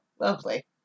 lovely